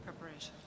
preparation